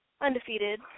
undefeated